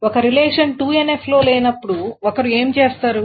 ఒక relation 2NF లో లేనప్పుడు ఒకరు ఏమి చేస్తారు